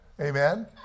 Amen